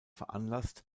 veranlasst